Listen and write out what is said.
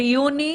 ביוני